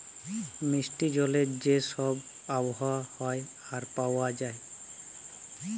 মিষ্টি জলের যে ছব আবহাওয়া হ্যয় আর পাউয়া যায়